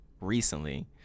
recently